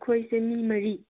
ꯑꯩꯈꯣꯏꯁꯦ ꯃꯤ ꯃꯔꯤ